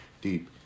deep